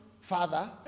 father